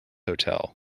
hotel